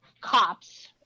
cops